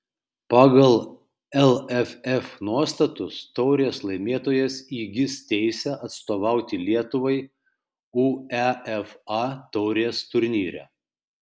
pagal lff nuostatus taurės laimėtojas įgis teisę atstovauti lietuvai uefa taurės turnyre